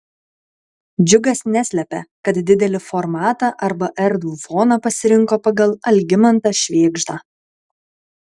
džiugas neslepia kad didelį formatą arba erdvų foną pasirinko pagal algimantą švėgždą